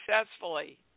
successfully